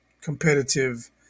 competitive